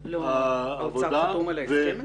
העבודה --- האוצר חתום על ההסכם הזה?